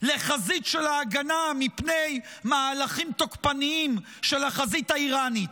לחזית של ההגנה מפני מהלכים תוקפניים של החזית האיראנית.